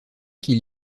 qu’il